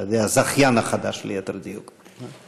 על ידי הזכיין החדש, ליתר דיוק.